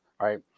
Right